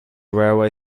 railway